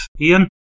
Ian